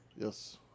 Yes